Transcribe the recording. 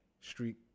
street